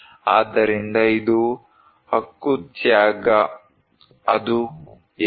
ಆದ್ದರಿಂದ ಇದು ಹಕ್ಕುತ್ಯಾಗ ಅದು ಏಕೆ